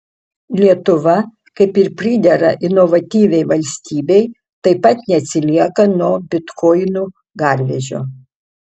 lietuva kaip ir pridera inovatyviai valstybei taip pat neatsilieka nuo bitkoinų garvežio